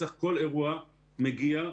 בכל אירוע מצ"ח מגיע,